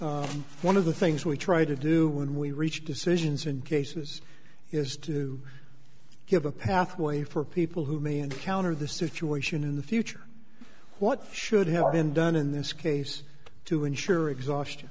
done one of the things we try to do when we reach decisions and cases is to give a pathway for people who may encounter the situation in the future what should have been done in this case to ensure exhaustion